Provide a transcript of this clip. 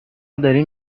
داریم